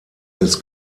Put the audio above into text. des